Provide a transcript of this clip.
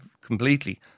completely